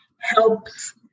helps